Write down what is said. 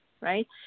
right